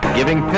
giving